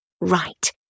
Right